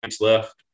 left